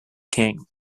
king